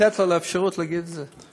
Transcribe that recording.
לתת לו אפשרות להגיד את זה.